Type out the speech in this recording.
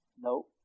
No